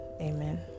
Amen